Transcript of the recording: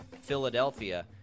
Philadelphia